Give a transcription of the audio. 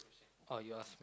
oh you ask